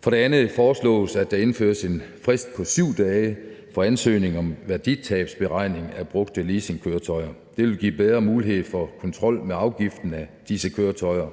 For det andet foreslås det, at der indføres en frist på 7 dage for ansøgning om værditabsberegning af brugte leasingkøretøjer. Det vil give bedre mulighed for kontrol med afgiften på disse køretøjer.